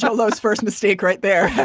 so those first mistake right there